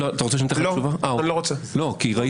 אתה רוצה שאני אתן לך תשובה?